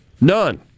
None